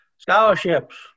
Scholarships